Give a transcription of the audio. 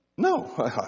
No